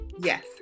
yes